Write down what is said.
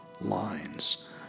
lines